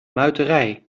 muiterij